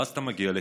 ואז אתה מגיע לכאן,